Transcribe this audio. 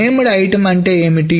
named item అంటే ఏమిటి